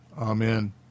Amen